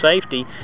safety